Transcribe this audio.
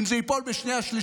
אם זה יעבור בשנייה-שלישית,